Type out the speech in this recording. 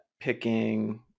picking